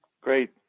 Great